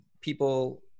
people